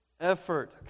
effort